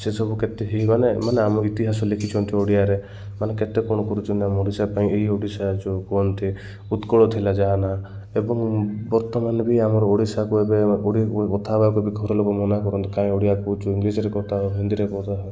ସେସବୁ କେତେ ହେଇ ମାନେ ମାନେ ଆମ ଇତିହାସ ଲେଖିଛନ୍ତି ଓଡ଼ିଆରେ ମାନେ କେତେ କ'ଣ କରୁଛନ୍ତି ଆମ ଓଡ଼ିଶା ପାଇଁ ଏଇ ଓଡ଼ିଶା ଯେଉଁ କୁହନ୍ତି ଉତ୍କଳ ଥିଲା ଯାହା ନା ଏବଂ ବର୍ତ୍ତମାନ ବି ଆମର ଓଡ଼ିଶାକୁ ଏବେ ଓଡ଼ି କଥା ହବାକୁ ବି ଘର ଲୋକ ମନା କରନ୍ତି କାଇଁ ଓଡ଼ିଆ କହୁଛୁ ଇଂଲିଶରେ କଥା ହଉ ହିନ୍ଦୀରେ କଥା ହଉ